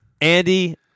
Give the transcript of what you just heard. Andy